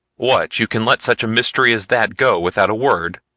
what, you can let such a mystery as that go without a word?